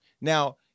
Now